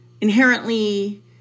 inherently